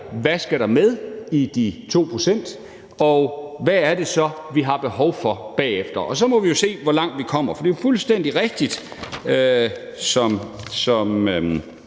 hvad der skal med i de 2 pct., og hvad det så er, vi har behov for bagefter, og så må vi jo se, hvor langt vi kommer. For det er jo fuldstændig rigtigt, som